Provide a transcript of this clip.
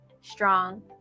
strong